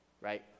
Right